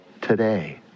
today